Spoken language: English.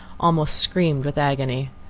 almost screamed with agony.